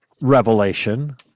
revelation